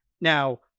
Now